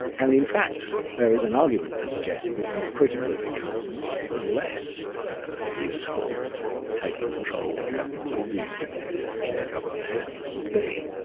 and in fact there is an argument for suggesting that the more critical it becomes the less useful taking control of governance ah of the internet into government hands would be.